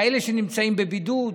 כאלה שנמצאים בבידוד,